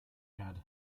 erde